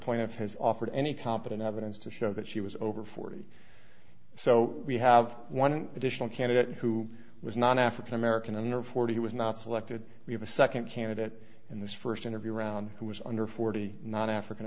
point of his offered any competent evidence to show that she was over forty so we have one additional candidate who was not african american and therefore he was not selected we have a second candidate in this first interview around who was under forty not african